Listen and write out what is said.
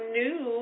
new